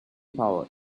power